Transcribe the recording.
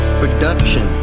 production